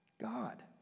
God